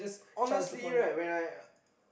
honestly right when I